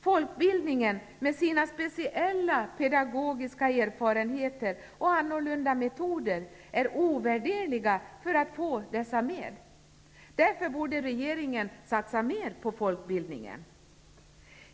Folkbildningen, med sina speciella pedagogiska erfarenheter och annorlunda metoder, är ovärderlig för att få dessa människor med. Därför borde regeringen satsa mer på folkbildningen.